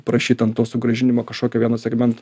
prašyt ten to sugrąžinimo kažkokio vieno segmento